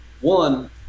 One